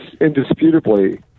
indisputably